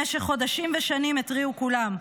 במשך חודשים ושנים התריעו כולם,